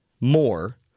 more